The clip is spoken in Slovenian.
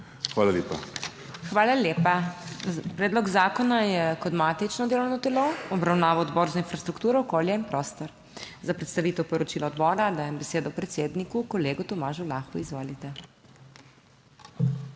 MEIRA HOT: Hvala lepa. Predlog zakona je kot matično delovno telo obravnaval Odbor za infrastrukturo, okolje in prostor. Za predstavitev poročila odbora dajem besedo predsedniku, kolegu Tomažu Lahu, izvolite.